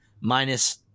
Minus